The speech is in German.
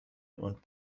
und